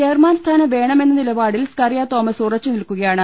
ചെയർമാൻസ്ഥാനം വേണമെന്ന നിലപാടിൽ സ്കറിയ തോമസ് ഉറച്ചുനിൽക്കുകയാണ്